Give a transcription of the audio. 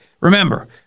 Remember